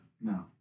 No